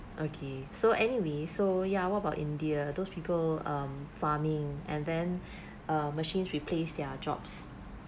okay so anyway so ya what about india those people um farming and then machines replace their jobs